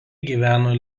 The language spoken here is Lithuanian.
gyveno